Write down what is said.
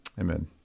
Amen